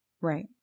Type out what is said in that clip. Right